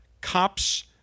cops